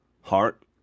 heart